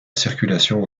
circulation